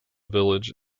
village